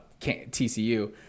TCU